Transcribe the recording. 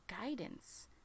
guidance